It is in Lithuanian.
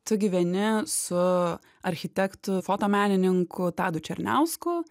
tu gyveni su architektu foto menininku tadu černiausku